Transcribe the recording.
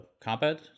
combat